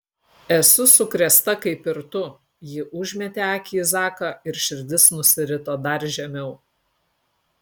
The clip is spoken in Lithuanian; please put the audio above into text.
esu sukrėsta kaip ir tu ji užmetė akį į zaką ir širdis nusirito dar žemiau